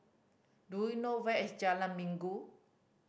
do you know where is Jalan Minggu